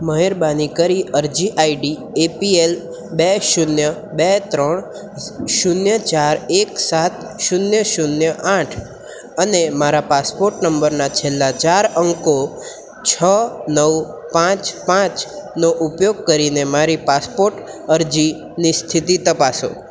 મહેરબાની કરી અરજી આઈડી એપીએલ બે શૂન્ય બે ત્રણ શૂન્ય ચાર એક સાત શૂન્ય શૂન્ય આઠ અને મારા પાસપોર્ટ નંબરના છેલ્લા ચાર અંકો છ નવ પાંચ પાંચનો ઉપયોગ કરીને મારી પાસપોર્ટ અરજીની સ્થિતિ તપાસો